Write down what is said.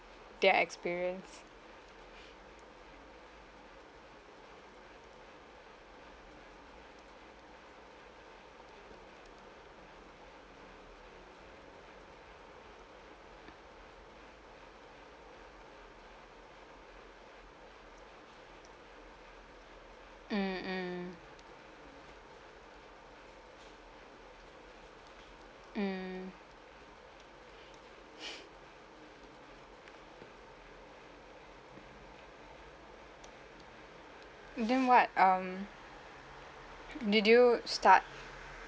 their experience mm mm mm doing what um did you start